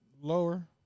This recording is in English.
lower